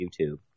YouTube